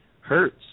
hurts